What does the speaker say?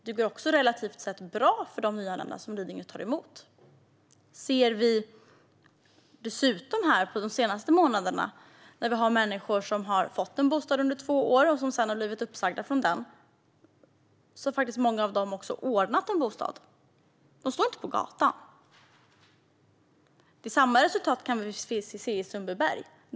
Det går också relativt bra för de nyanlända som Lidingö tar emot. Under den senaste tiden har många av de människor som har fått en bostad under två år och sedan har blivit uppsagda från den faktiskt ordnat en bostad. De står inte på gatan. Samma resultat kan vi se i Sundbyberg som styrs av Miljöpartiet.